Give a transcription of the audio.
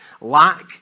Lack